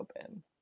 open